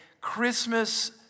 Christmas